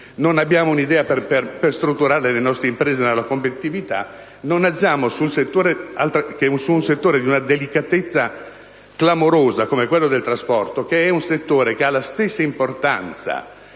Non abbiamo alcuna idea per strutturare le nostre imprese nella competitività. Non agiamo su un settore di una delicatezza clamorosa come quello del trasporto, che è un settore che ha la stessa importanza